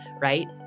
right